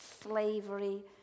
slavery